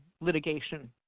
litigation